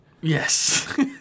Yes